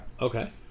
Okay